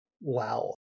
Wow